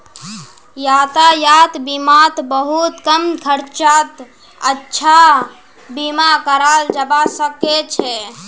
यातायात बीमात बहुत कम खर्चत अच्छा बीमा कराल जबा सके छै